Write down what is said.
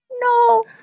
no